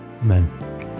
Amen